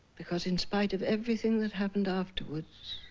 because in spite of everything that happened afterwards